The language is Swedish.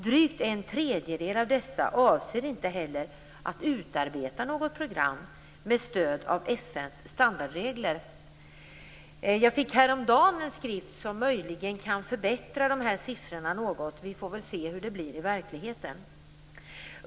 Drygt en tredjedel av dessa avser inte heller att utarbeta något program med stöd av FN:s standardregler. Jag fick häromdagen en skrift som möjligen kan förbättra de här siffrorna något. Vi får väl se hur det blir i verkligheten.